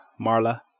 Marla